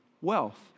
wealth